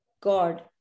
God